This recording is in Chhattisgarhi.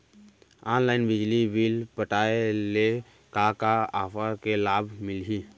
ऑनलाइन बिजली बिल पटाय ले का का ऑफ़र के लाभ मिलही?